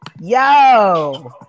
Yo